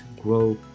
grow